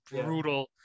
brutal